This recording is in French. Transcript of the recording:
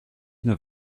neuf